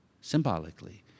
symbolically